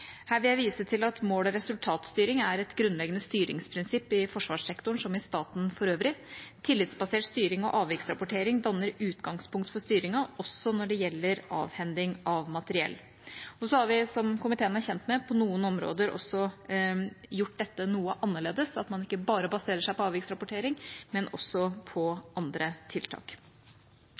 Her vil jeg vise til at mål- og resultatstyring er et grunnleggende styringsprinsipp i forsvarssektoren som i staten for øvrig. Tillitsbasert styring og avviksrapportering danner utgangspunkt for styringen også når det gjelder avhending av materiell. Så har vi, som komiteen er kjent med, på noen områder også gjort dette noe annerledes, at man ikke bare baserer seg på avviksrapportering, men også på andre tiltak.